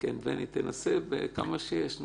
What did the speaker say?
בני תנסה, כמה זמן שיש.